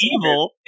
evil